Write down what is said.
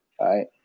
right